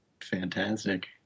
fantastic